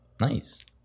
nice